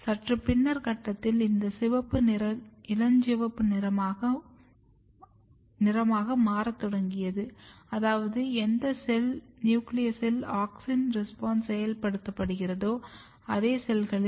சற்று பின்னர் கட்டத்தில் இந்த சிவப்பு நிறம் இளஞ்சிவப்பு நிறமாக மாறத் தொடங்கியது அதாவது எந்த செல் நியூக்ளியஸில் ஆக்ஸின் ரெஸ்பான்ஸ் செயல்படுத்தப்படுகிறதோ அதே செல்களில்